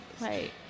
Right